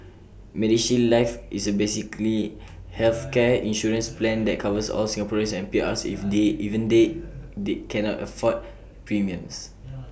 medishield life is A basically healthcare insurance plan that covers all Singaporeans and PRs if they even they they cannot afford premiums